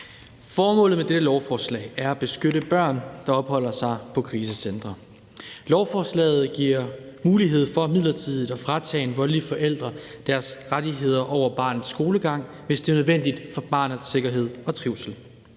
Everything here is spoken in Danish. Formålet med dette lovforslag er at beskytte børn, der opholder sig på krisecentre. Lovforslaget giver mulighed for midlertidigt at fratage en voldelig forælder dennes rettigheder over barnets skolegang, hvis det er nødvendigt for barnets sikkerhed og trivsel.